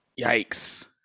Yikes